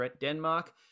Denmark